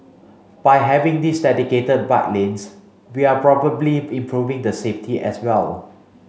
by having these dedicated bike lanes we're probably improving the safety as well